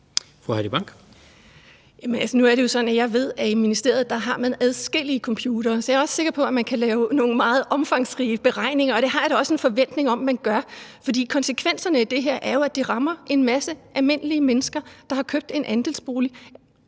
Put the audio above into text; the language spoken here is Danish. er det sådan, at jeg ved, at i ministeriet har man adskillige computere, så jeg er også sikker på, at man kan lave nogle meget omfangsrige beregninger, og det har jeg da også en forventning om at man gør. Konsekvenserne af det her er jo, at det rammer en masse almindelige mennesker, der har købt en andelsbolig.